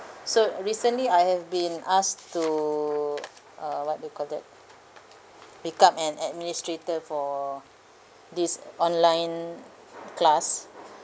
so recently I have been asked to uh what you call that pick up an administrator for this online class